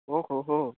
ఓహోహూ